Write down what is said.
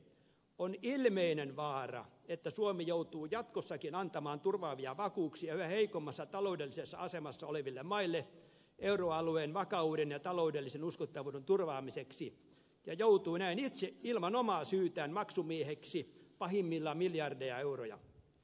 on ilmeinen vaara että suomi joutuu jatkossakin antamaan turvaavia vakuuksia yhä heikommassa taloudellisessa asemassa oleville maille euroalueen vakauden ja taloudellisen uskottavuuden turvaamiseksi ja joutuu näin itse ilman omaa syytään maksumieheksi pahimmillaan miljardeja euroja